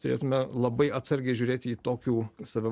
turėtume labai atsargiai žiūrėti į tokių save